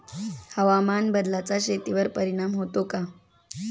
हवामान बदलाचा शेतीवर परिणाम होतो का?